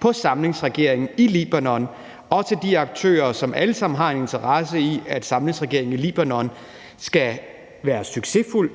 på samlingsregeringen i Libanon, og at de aktører, som alle sammen har en interesse i, at samlingsregeringen i Libanon skal være succesfuld,